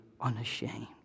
unashamed